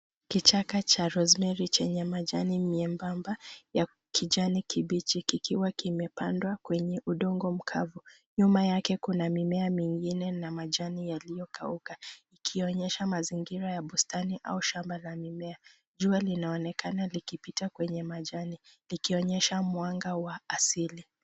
Kichaka cha rosemary chenye majani miembamba, ya kijani kibichi, kikiwa kimepandwa kwenye udongo mkavu. Nyuma yake kuna mimea mingine na majani yaliyokauka ikionyesha mazingira ya bustani au shamba la mimea. Jua linaonekana likipita kwenye majani, likionyesha mwanga wa asili.